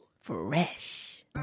Fresh